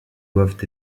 doivent